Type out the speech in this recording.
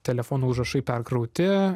telefonų užrašai perkrauti